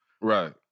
Right